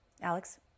Alex